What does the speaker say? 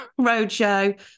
Roadshow